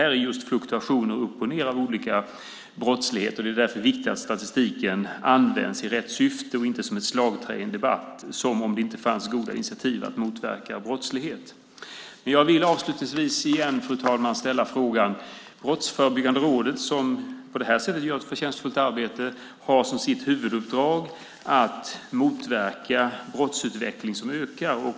Det sker fluktuationer inom brottsligheten, de olika brotten går upp och ned, och därför är det viktigt att statistiken används i rätt syfte och inte som ett slagträ i en debatt som om det inte fanns goda initiativ att motverka brottslighet. Brottsförebyggande rådet, som gör ett förtjänstfullt arbete, har som huvuduppdrag att motverka en brottsutveckling som ökar.